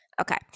Okay